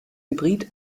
hybrid